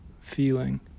feeling